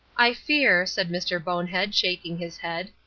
i fear, said mr. bonehead, shaking his head,